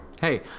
hey